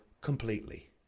completely